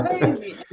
crazy